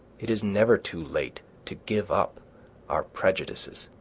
it is never too late to give up our prejudices.